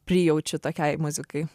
prijaučiu tokiai muzikai